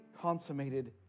consummated